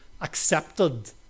accepted